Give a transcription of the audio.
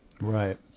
right